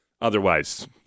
Otherwise